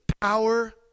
power